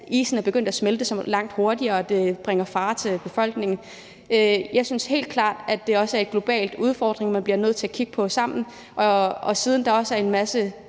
isen er begyndt at smelte langt hurtigere, og det bringer befolkningen i fare. Jeg synes helt klart, at det også er en global udfordring, man bliver nødt til at kigge på sammen, og der er også en masse